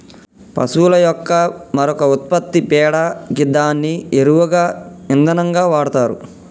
పశువుల యొక్క మరొక ఉత్పత్తి పేడ గిదాన్ని ఎరువుగా ఇంధనంగా వాడతరు